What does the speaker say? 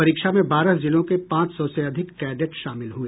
परीक्षा में बारह जिलों के पांच सौ से अधिक कैडेट शामिल हुए